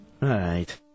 right